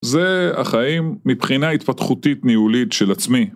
זה החיים מבחינה התפתחותית ניהולית של עצמי.